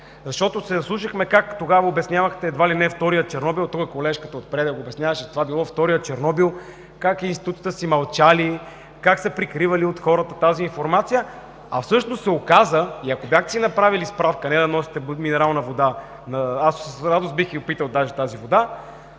Защото се наслушахме как тогава обяснявахте, че едва ли не е вторият Чернобил. Колежката отпред го обясняваше. Това било вторият Чернобил: как институциите си мълчали, как са прикривали от хората тази информация, а всъщност се оказва, и ако си бяхте направили справка, а не да носите минерална вода – аз с радост бих я опитал тази вода,